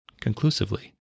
conclusively